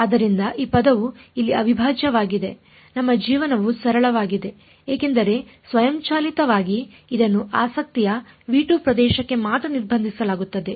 ಆದ್ದರಿಂದ ಈ ಪದವು ಇಲ್ಲಿ ಅವಿಭಾಜ್ಯವಾಗಿದೆ ನಮ್ಮ ಜೀವನವು ಸರಳವಾಗಿದೆ ಏಕೆಂದರೆ ಸ್ವಯಂಚಾಲಿತವಾಗಿ ಇದನ್ನು ಆಸಕ್ತಿಯ ಪ್ರದೇಶಕ್ಕೆ ಮಾತ್ರ ನಿರ್ಬಂಧಿಸಲಾಗುತ್ತದೆ